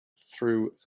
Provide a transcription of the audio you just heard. through